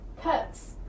pets